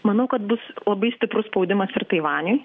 manau kad bus labai stiprus spaudimas ir taivaniui